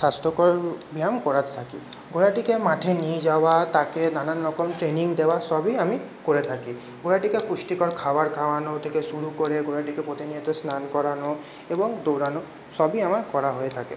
স্বাস্থ্যকর ব্যায়াম করাতে থাকি ঘোড়াটিকে মাঠে নিয়ে যাওয়া তাকে নানান রকম ট্রেনিং দেওয়া সবই আমি করে থাকি ঘোড়াটিকে পুষ্টিকর খাবার খাওয়ানো থেকে শুরু করে ঘোড়াটিকে প্রতিনিয়ত স্নান করানো এবং দৌড়ানো সবই আমার করা হয়ে থাকে